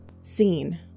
scene